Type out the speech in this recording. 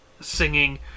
singing